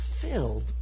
filled